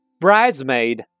Bridesmaid